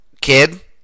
kid